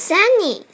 Sunny